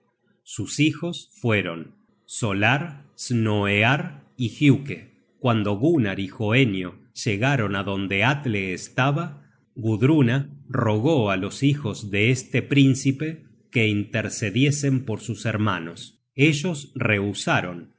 sus hijos fueron solar snoear y giuke cuando gunnar y hoenio llegaron donde atle estaba gudruna rogó á los hijos de este príncipe que intercediesen por sus hermanos ellos rehusaron